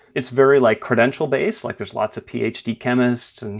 it's very, like, credential-based. like, there's lots of ph d. chemists